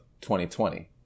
2020